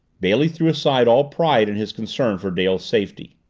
bailey threw aside all pride in his concern for dale's safety.